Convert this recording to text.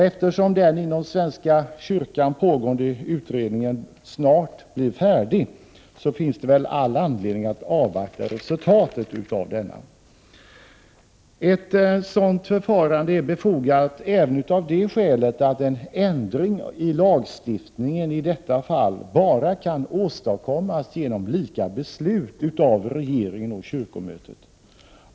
Eftersom den inom svenska kyrkan pågående utredningen snart blir färdig finns det all anledning att avvakta resultatet av utredningen. Ett sådant förfarande är befogat även av det skälet att en ändring av lagstiftningen i detta fall bara kan åstadkommas genom lika beslut av regeringen och kyrkomötet.